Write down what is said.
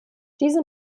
diese